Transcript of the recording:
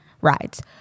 rides